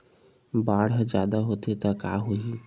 बाढ़ ह जादा होथे त का होही?